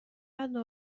قدر